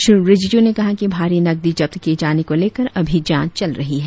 श्री रिजिजू ने कहा कि भारी नकदी जब्त किए जाने को लेकर अभी जांच चल रही है